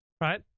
right